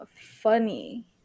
funny